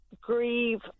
grieve